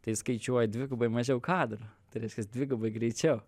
tai skaičiuoji dvigubai mažiau kadrų tai reiškias dvigubai greičiau